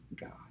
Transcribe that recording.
God